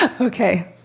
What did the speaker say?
okay